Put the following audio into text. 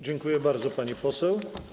Dziękuję bardzo, pani poseł.